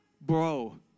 bro